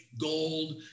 gold